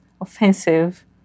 offensive